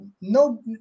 no